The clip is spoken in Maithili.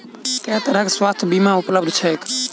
केँ तरहक स्वास्थ्य बीमा उपलब्ध छैक?